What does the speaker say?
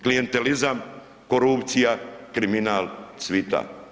Klijentelizam, korupcija, kriminal cvita.